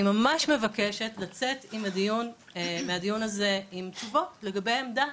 אני ממש מבקשת לצאת היום מהדיון הזה עם תשובות לגבי עמדה,